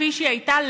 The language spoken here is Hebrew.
כפי שהיא הייתה,